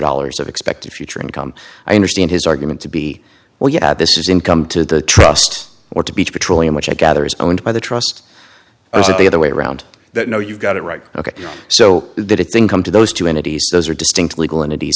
dollars of expected future income i understand his argument to be where you this is income to the trust or to beach petroleum which i gather is owned by the trust the other way around that no you got it right ok so that it's income to those two entities those are distinct legal entities